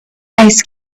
ice